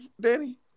Danny